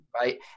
right